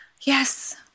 yes